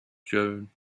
joan